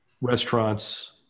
restaurants